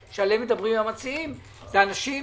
אני חושב שהיה אפשר להגיע לפשרה ארבע שנים,